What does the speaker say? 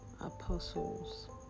apostles